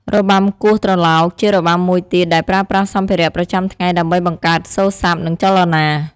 របាំគ្រោះត្រឡោក ជារបាំមួយទៀតដែលប្រើប្រាស់សម្ភារៈប្រចាំថ្ងៃដើម្បីបង្កើតសូរស័ព្ទ និងចលនា។